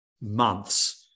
months